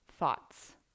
thoughts